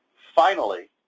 finally,